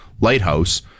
lighthouse